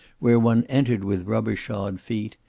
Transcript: where one entered with rubber-shod feet,